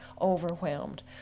overwhelmed